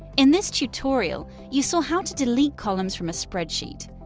in this tutorial, you saw how to delete columns from a spreadsheet.